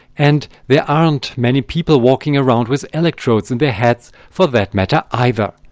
and there aren't many people walking around with electrodes in their head for that matter either.